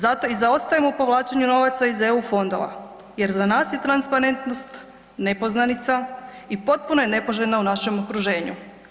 Zato i zaostajemo u povlačenju novaca iz eu fondova jer za nas je transparentnost nepoznanica i potpuno je nepoželjna u našem okruženju.